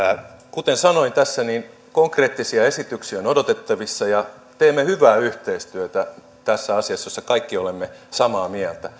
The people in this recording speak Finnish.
kuten sanoin tässä niin konkreettisia esityksiä on odotettavissa ja teemme hyvää yhteistyötä tässä asiassa jossa kaikki olemme samaa mieltä